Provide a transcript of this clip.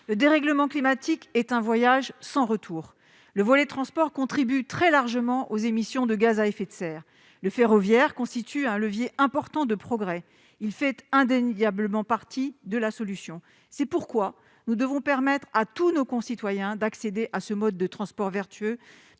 le dérèglement climatique est un voyage sans retour le volet transport contribue très largement aux émissions de gaz à effet de serre le ferroviaire constitue un levier important de progrès, il fait indéniablement partie de la solution, c'est pourquoi nous devons permettre à tous nos concitoyens d'accéder à ce mode de transport vertueux